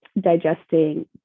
digesting